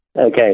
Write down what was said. Okay